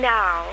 now